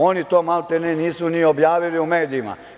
Oni to maltene nisu ni objavili u medijima.